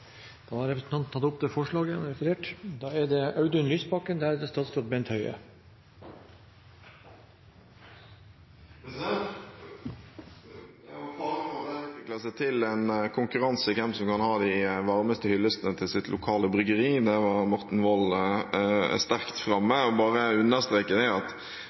da fremme forslaget fra Venstre. Representanten Ketil Kjenseth har tatt opp det forslaget han viste til. Med fare for at dette utvikler seg til en konkurranse om hvem som kan ha de varmeste hyllestene til sitt lokale bryggeri – der var Morten Wold sterkt framme – må jeg bare understreke at